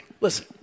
Listen